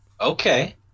Okay